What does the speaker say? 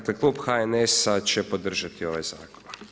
Klub HNS-a će podržati ovaj zakon.